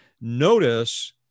Notice